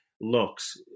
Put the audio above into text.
looks